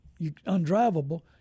undrivable